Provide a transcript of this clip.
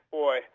boy